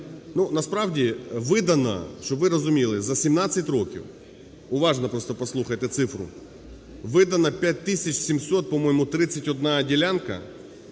Насправді видана, щоб ви розуміли, за 17 років (уважно просто послухайте цифру) видана 5700, по-моєму, 31 ділянка